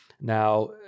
Now